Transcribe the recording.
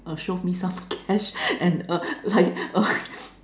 uh show me some cash and a like a